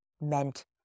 meant